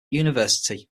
university